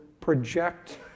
project